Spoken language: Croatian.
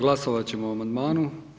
Glasovat ćemo o amandmanu.